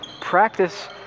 practice